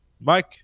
mike